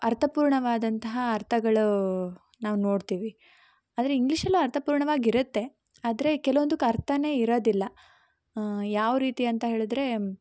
ಅರ್ಥಪೂರ್ಣವಾದಂತಹ ಅರ್ಥಗಳು ನಾವು ನೋಡ್ತೀವಿ ಆದರೆ ಇಂಗ್ಲೀಷಲ್ಲಿ ಅರ್ಥಪೂರ್ಣವಾಗಿರುತ್ತೆ ಆದರೆ ಕೆಲವೊಂದಕ್ಕೆ ಅರ್ಥವೇ ಇರೋದಿಲ್ಲ ಯಾವ್ರೀತಿ ಅಂತ ಹೇಳಿದ್ರೆ